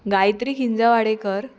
गायत्री हिंजा वाडेकर